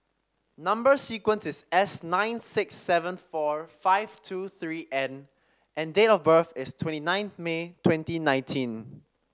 number sequence is S nine six seven four five two three N and date of birth is twenty nine May twenty nineteen